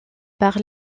par